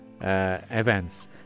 events